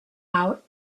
out